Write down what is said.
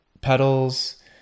petals